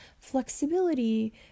flexibility